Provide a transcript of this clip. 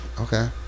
okay